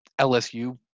LSU